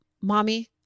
mommy